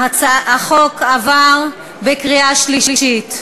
החוק עבר בקריאה שלישית,